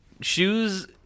shoes